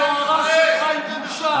היוהרה שלך היא בושה.